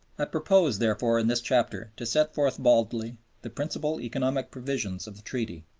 i propose, therefore, in this chapter to set forth baldly the principal economic provisions of the treaty,